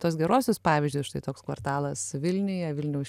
tuos geruosius pavyzdžius štai toks kvartalas vilniuje vilniaus